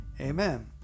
amen